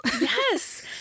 Yes